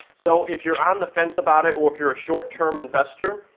so, if you're on the fence about it or if you're a short-term investor,